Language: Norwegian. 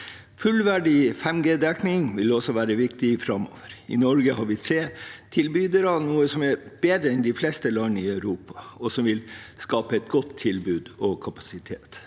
Fullverdig 5G-dekning vil også være viktig framover. I Norge har vi tre tilbydere, noe som er bedre enn de fleste land i Europa, og som vil skape et godt tilbud og god kapasitet.